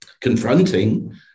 confronting